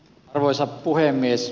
arvoisa puhemies